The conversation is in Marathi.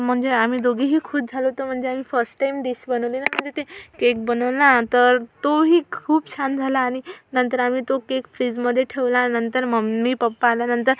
म्हणजे आम्ही दोघीही खुश झालो होतो म्हणजे आम्ही फर्स्ट टाइम डिश बनवली ना म्हणजे ती केक बनवला तर तोही खूप छान झाला आणि नंतर आम्ही तो केक फ्रीजमध्ये ठेवला नंतर मम्मी पप्पा आल्यानंतर